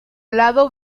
lado